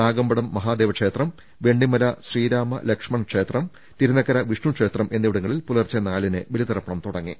നാഗമ്പടം മഹാദേ വക്ഷേത്രം വെണ്ണിമല ശ്രീരാമലക്ഷ്മണ ക്ഷേത്രം തിരുനക്കര വിഷ്ണുക്ഷേത്രം എന്നിവിടങ്ങളിൽ പുലർച്ചെ നാലിന് ബലി തർപ്പണം തുടങ്ങി